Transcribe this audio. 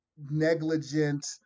negligent